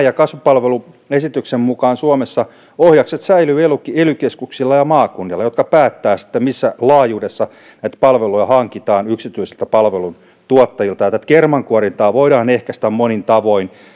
ja kasvupalveluesityksen mukaan suomessa ohjakset säilyvät ely keskuksilla ja maakunnilla jotka päättävät missä laajuudessa näitä palveluita hankitaan yksityisiltä palveluntuottajilta tätä kermankuorintaa voidaan ehkäistä monin tavoin